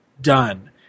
done